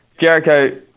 Jericho